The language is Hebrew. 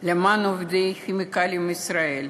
למען עובדי "כימיקלים לישראל"